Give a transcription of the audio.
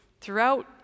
throughout